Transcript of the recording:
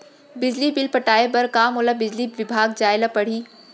बिजली बिल पटाय बर का मोला बिजली विभाग जाय ल परही?